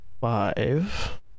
Five